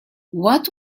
what